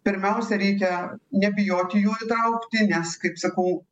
pirmiausia reikia nebijoti jų įtraukti nes kaip sakau